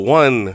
one